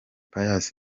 pius